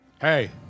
Hey